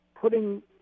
putting